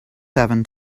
seven